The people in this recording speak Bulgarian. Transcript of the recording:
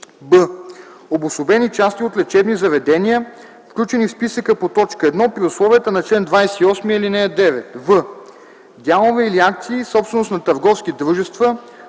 б) обособени части от лечебни заведения, включени в списъка по т. 1 – при условията на чл. 28, ал. 9; в) дялове или акции – собственост на търговски дружества